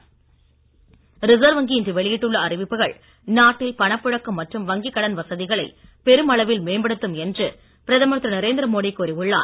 Modi RBI reserve வங்கி இன்று வெளியிட்டுள்ள அறிவிப்புகள் நாட்டில் பண புழக்கம் மற்றும் வங்கி கடன் வசதிகளை பெருமளவில் மேம்படுத்தும் என்று பிரதமர் திரு நரேந்திரமோடி கூறி உள்ளார்